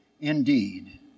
indeed